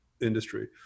industry